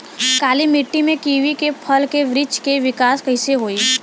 काली मिट्टी में कीवी के फल के बृछ के विकास कइसे होई?